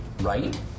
right